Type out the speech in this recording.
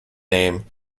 name